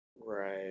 right